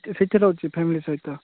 ସେଠି ରହୁଛି ଫ୍ୟାମିଲି ସହିତ